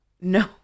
No